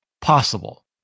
possible